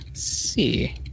see